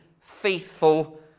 faithful